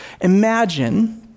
imagine